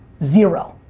zero.